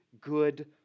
good